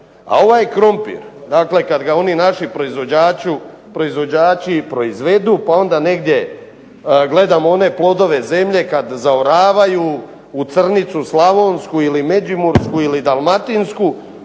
A ovaj krompir, dakle kad ga oni naši proizvođači proizvedu, pa onda negdje gledamo one plodove zemlje kad zaoravaju u crnicu slavonsku ili međimursku ili dalmatinsku,